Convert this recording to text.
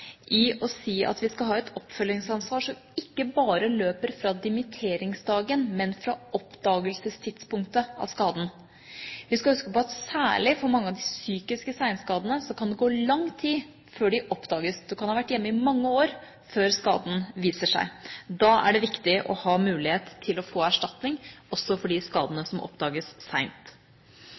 at vi skal ha et oppfølgingsansvar som ikke bare løper fra dimitteringsdagen, men fra oppdagelsestidspunktet av skaden. Vi skal huske på at særlig når det gjelder mange av de psykiske seinskadene, kan det gå lang tid før de oppdages. Man kan ha vært hjemme i mange år før skaden viser seg. Derfor er det viktig å ha mulighet til å få erstatning også for de skadene som oppdages seint.